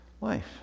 life